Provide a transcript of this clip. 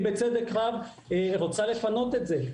היא בצדק רב רוצה לפנות את זה.